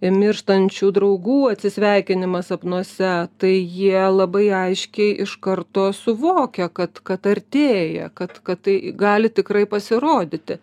mirštančių draugų atsisveikinimą sapnuose tai jie labai aiškiai iš karto suvokia kad kad artėja kad kad tai gali tikrai pasirodyti